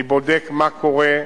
אני בודק מה קורה,